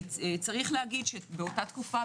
באותה תקופה,